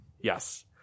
Yes